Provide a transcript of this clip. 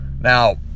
Now